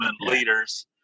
leaders